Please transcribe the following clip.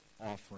offering